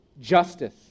Justice